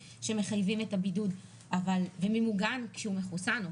אין לי ספק שמדובר כאן בהחלטות שהן מבוססות על